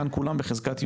כאן כולם בחזקת יהודים.